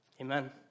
Amen